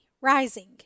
rising